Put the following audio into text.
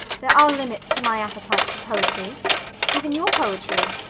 there are limits to my appetite for poetry even your poetry.